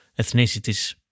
ethnicities